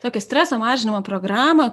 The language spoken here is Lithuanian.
tokią streso mažinimo programą